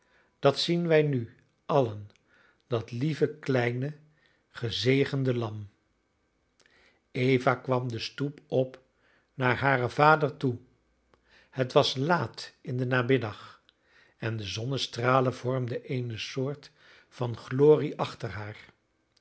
uit dat zien wij nu allen dat lieve kleine gezegende lam eva kwam de stoep op naar haren vader toe het was laat in den namiddag en de zonnestralen vormden eene soort van glorie achter haar